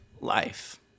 life